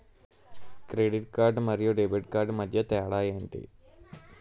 Credit card మరియు debit card మధ్య తేడా ఎంటి?